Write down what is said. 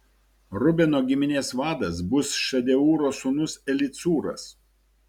rubeno giminės vadas bus šedeūro sūnus elicūras